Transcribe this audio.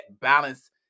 balance